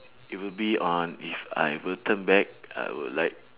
it would be on if I will turn back I will like